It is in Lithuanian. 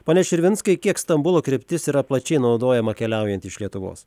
pone širvinskai kiek stambulo kryptis yra plačiai naudojama keliaujant iš lietuvos